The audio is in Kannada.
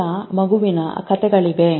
ತೋಳ ಮಗುವಿನ ಕಥೆಗಳಿವೆ